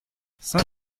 cinq